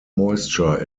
moisture